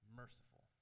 merciful